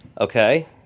Okay